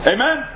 Amen